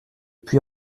puy